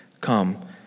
come